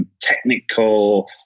technical